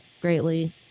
greatly